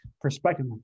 perspective